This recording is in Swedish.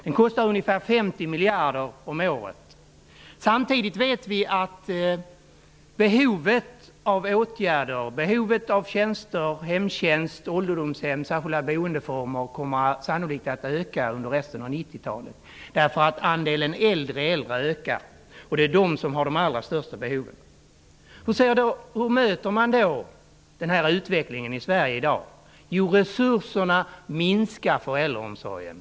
Det kostar ungefär 50 miljarder om året. Samtidigt vet vi att behovet av tjänster -- hemtjänst, ålderdomshem, särskilda boendeformer -- sannolikt kommer att öka under resten av 90-talet, därför att andelen äldre äldre ökar, och det är de som har de allra största behoven. Hur möter man då den utvecklingen i Sverige i dag? Jo, resurserna minskar för äldreomsorgen.